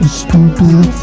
stupid